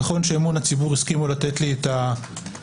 נכון ש"אמון הציבור" הסכימו לתת לי את החזות,